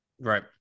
Right